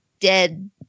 dead